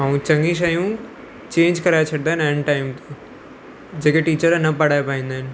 ऐं चङी शयूं चेंज कराए छॾींदा आहिनि एन टाइम ते जेकी टीचर न पढ़ाइ पाईंदा आहिनि